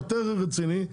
היותר רציני,